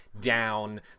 down